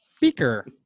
Beaker